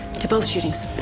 to both shootings.